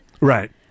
Right